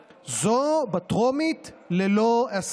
כץ, שעליו אני מברך, אדוני.